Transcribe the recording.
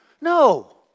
No